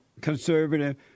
conservative